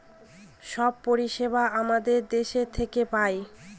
সব পরিষেবা আমাদের দেশ থেকে পায়